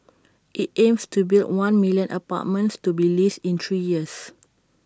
IT aims to build one million apartments to be leased in three years